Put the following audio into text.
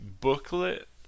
booklet